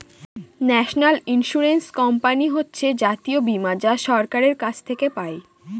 national insurance company হচ্ছে জাতীয় বীমা যা সরকারের কাছ থেকে পাই